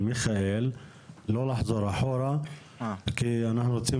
מיכאל ולא לחזור אחורה כי אנחנו רוצים